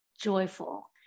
joyful